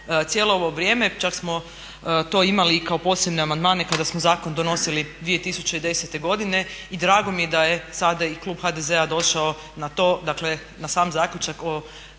cijelo ovo vrijeme, čak smo to imali i kao posebne amandmane kada smo zakon donosili 2010. godine. I drago mi je da je sada i klub HDZ-a došao na to, dakle na sam zaključak o